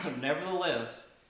nevertheless